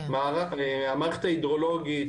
המערכת ההידרולוגית,